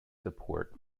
support